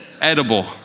edible